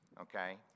okay